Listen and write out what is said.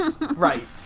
Right